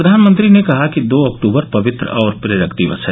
प्रधानमंत्री ने कहा कि दो अक्टूबर पवित्र और प्रेरक दिवस है